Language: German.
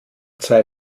zwei